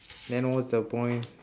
then what's the point